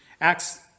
Acts